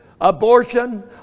abortion